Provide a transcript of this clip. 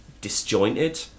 disjointed